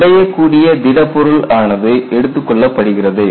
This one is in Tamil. உடையக் கூடிய திடப் பொருள் ஆனது எடுத்துக் கொள்ளப்படுகிறது